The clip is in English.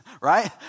right